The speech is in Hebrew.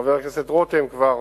חבר הכנסת רותם, כבר